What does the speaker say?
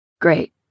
Great